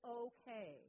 okay